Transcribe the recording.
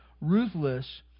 ruthless